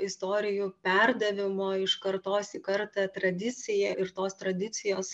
istorijų perdavimo iš kartos į kartą tradiciją ir tos tradicijos